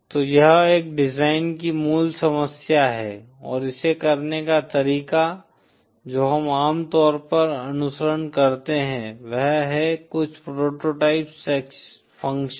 तो यह एक डिजाइन की मूल समस्या है और इसे करने का तरीका जो हम आमतौर पर अनुसरण करते हैं वह है कुछ प्रोटोटाइप फ़ंक्शन